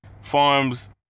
farms